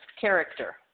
character